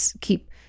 keep